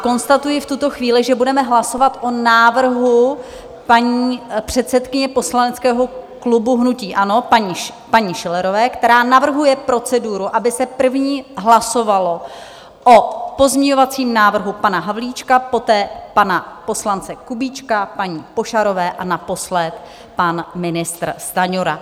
Konstatuji v tuto chvíli, že budeme hlasovat o návrhu paní předsedkyně poslaneckého klubu hnutí ANO, paní Schillerové, která navrhuje proceduru, aby se první hlasovalo o pozměňovacím návrhu pana Havlíčka, poté pana poslance Kubíčka, paní Pošarové a naposled pan ministr Stanjura.